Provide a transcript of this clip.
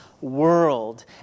world